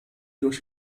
durch